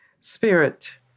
spirit